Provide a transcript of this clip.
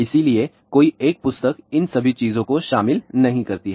इसलिए कोई एक पुस्तक इन सभी चीजों को शामिल नहीं करती है